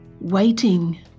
waiting